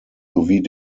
sowie